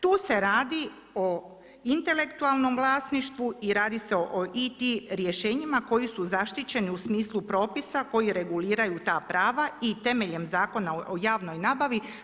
Tu se radi o intelektualnom vlasništvu i radi se o IT rješenjima koji su zaštićeni u smislu propisa koji reguliraju ta prava i temeljem Zakona o javnoj nabavi.